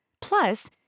Plus